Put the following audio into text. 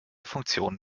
funktionen